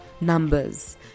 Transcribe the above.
numbers